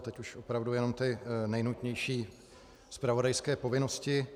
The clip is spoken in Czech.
Teď už opravdu jenom ty nejnutnější zpravodajské povinnosti.